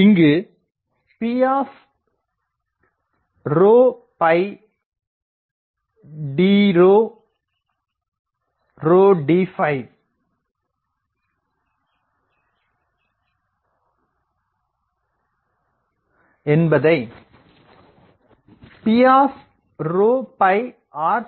இங்கு P d d என்பதை P r